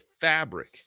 fabric